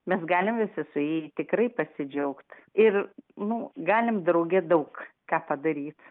mes galim visi suėję tikrai pasidžiaugt ir nu galim drauge daug ką padaryt